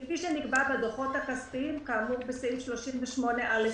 כפי שנקבע בדוחות הכספיים כאמור בסעיף 38א,".